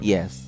Yes